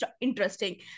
interesting